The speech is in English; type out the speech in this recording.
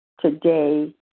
today